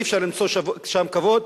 ואי-אפשר למצוא שם כבוד,